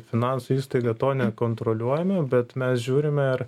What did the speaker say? finansų įstaiga to nekontroliuojame bet mes žiūrime ar